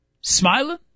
smiling